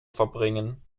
verbringen